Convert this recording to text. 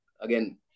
Again